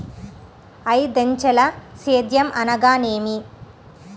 ఐదంచెల సేద్యం అనగా నేమి?